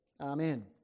Amen